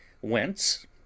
whence